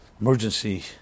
emergency